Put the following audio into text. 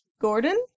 gordon